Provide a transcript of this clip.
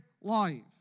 life